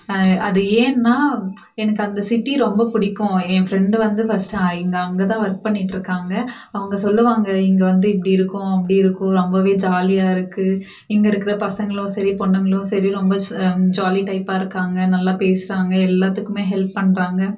அது ஏன்னா எனக்கு அந்த சிட்டி ரொம்ப பிடிக்கும் என் ஃப்ரெண்டு வந்து ஃபர்ஸ்ட்டு இங்கே அங்கே தான் ஒர்க் பண்ணிகிட்ருக்காங்க அவங்க சொல்வாங்க இங்கே வந்து இப்படி இருக்கும் அப்படி இருக்கும் ரொம்ப ஜாலியாக இருக்கு இங்கே இருக்கிற பசங்களும் சரி பொண்ணுங்களும் சரி ரொம்ப ஜாலி டைப்பாக இருக்காங்க நல்லா பேசுகிறாங்க எல்லாத்துக்கும் ஹெல்ப் பண்ணுறாங்க